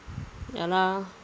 ya lah